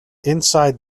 inside